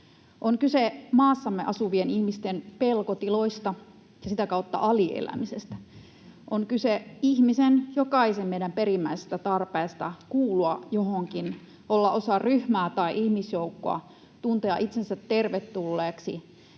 On kyse maassamme asuvien ihmisten pelkotiloista ja sitä kautta alielämisestä. On kyse ihmisen, jokaisen meidän, perimmäisestä tarpeesta kuulua johonkin, olla osa ryhmää tai ihmisjoukkoa, tuntea itsensä tervetulleeksi